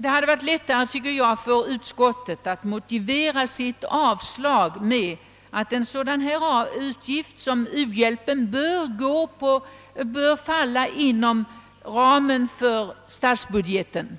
Det hade varit viktigare, tycker jag, om utskottet motiverat sitt avslag med att säga att en utgift som u-hjälpen bör falla inom ramen för statsbudgeten.